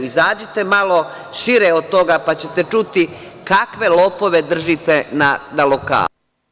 Izađite malo šire od toga pa ćete čuti kakve lopove držite na lokalu.